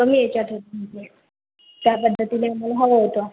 कमी याच्यात होतं त्या पद्धतीने आम्हाला हवं होतं